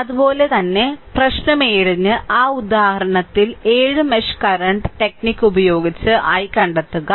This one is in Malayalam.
അതുപോലെ തന്നെ പ്രശ്നം 7 ന് ആ ഉദാഹരണത്തിൽ 7 മെഷ് കറന്റ് ടെക്നിക് ഉപയോഗിച്ച് i കണ്ടെത്തുക